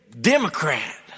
Democrat